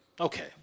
okay